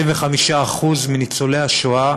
25% מניצולי השואה